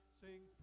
sing